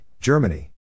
Germany